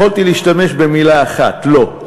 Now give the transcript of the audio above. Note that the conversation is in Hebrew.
יכולתי להשתמש במילה אחת: לא,